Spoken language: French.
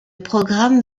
programme